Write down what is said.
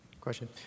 question